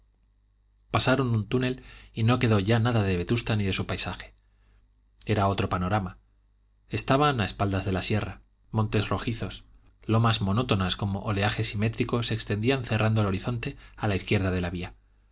pasaron un túnel y no quedó ya nada de vetusta ni de su paisaje era otro panorama estaban a espaldas de la sierra montes rojizos lomas monótonas como oleaje simétrico se extendían cerrando el horizonte a la izquierda de la vía